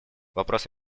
вопрос